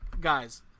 guys